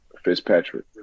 fitzpatrick